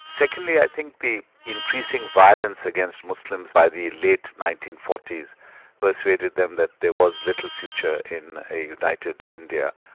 secondly i think the increasing violence against muslims by the late nineteen forty s persuaded them that there was little future in a united india.